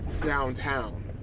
downtown